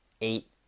eight